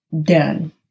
done